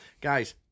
guys